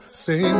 say